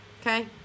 Okay